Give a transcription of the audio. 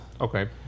Okay